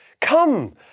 come